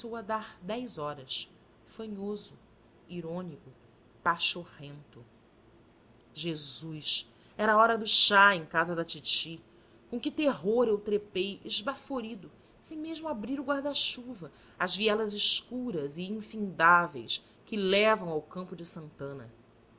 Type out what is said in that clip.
a dar dez horas fanhoso irônico pachorrento jesus era a hora do chá em casa da titi com que terror eu trepei esbaforido sem mesmo abrir o guarda-chuva as vielas escuras e infindáveis que levam ao campo de santana